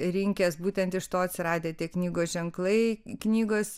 rinkęs būtent iš to atsiradę tie knygos ženklai knygos